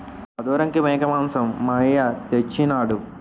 ఆదోరంకి మేకమాంసం మా అయ్య తెచ్చెయినాడు